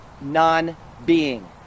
non-being